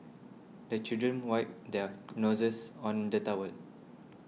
the children wipe their noses on the towel